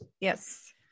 Yes